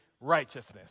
righteousness